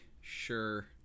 sure